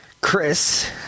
Chris